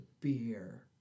beer